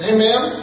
Amen